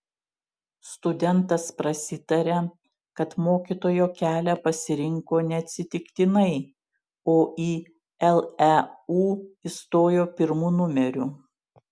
studentas prasitaria kad mokytojo kelią pasirinko neatsitiktinai o į leu įstojo pirmu numeriu